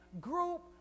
group